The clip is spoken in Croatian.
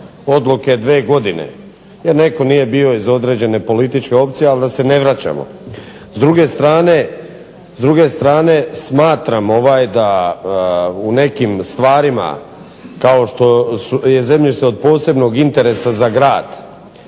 odluke dvije godine jer netko nije bio iz određene političke opcije, ali da se ne vraćamo. S druge strane, smatram da u nekim stvarima kao što je zemljište od posebnog interesa za grad